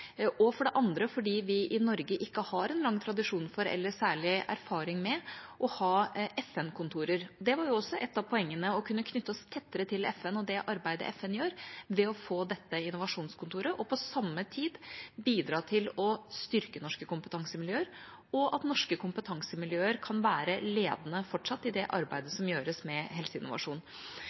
vi heller ikke en lang tradisjon for eller særlig erfaring med å ha FN-kontorer. Det var også et av poengene: å kunne knytte oss tettere til FN og det arbeidet FN gjør, ved å få dette innovasjonskontoret, og på samme tid bidra til å styrke norske kompetansemiljøer, slik at norske kompetansemiljøer fortsatt kan være ledende i det arbeidet som gjøres med helseinnovasjon.